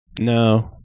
No